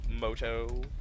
Moto